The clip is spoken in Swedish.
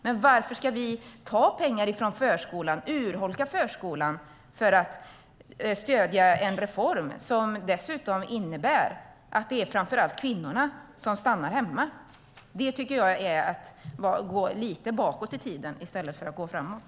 Men varför ska vi ta pengar från förskola och urholka förskolan för att stödja en reform som dessutom innebär att det framför allt är kvinnorna som stannar hemma? Det är att gå lite bakåt i tiden i stället för att gå framåt.